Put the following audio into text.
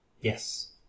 Yes